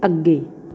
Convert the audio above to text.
ਅੱਗੇ